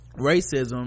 racism